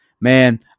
Man